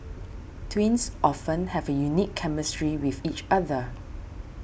twins often have a unique chemistry with each other